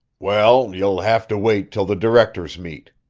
well, you'll have to wait till the directors meet,